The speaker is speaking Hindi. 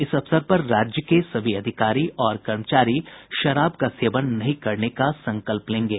इस अवसर पर राज्य के सभी अधिकारी और कर्मचारी शराब का सेवन नहीं करने का संकल्प लेंगे